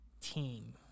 team